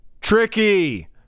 Tricky